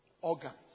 organs